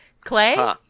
Clay